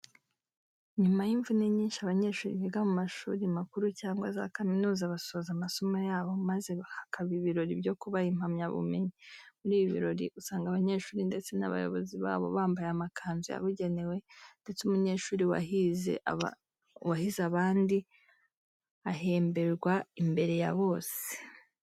Nyuma y'imvune nyinshi, abanyeshuri biga mu mashuri makuru cyangwa za kaminuza basoza amasomo yabo maze hakaba ibirori byo kubaha impamyabumenyi. Muri ibi birori usanga abanyeshuri ndetse n'abayobozi babo bambaye amakanzu yabugenewe ndetse umunyeshuri wahize abandi ahemberwa imbere ya bose.